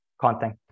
content